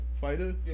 fighter